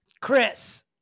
Chris